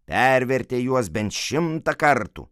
pervertė juos bent šimtą kartų